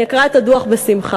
אני אקרא את הדוח בשמחה.